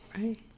Right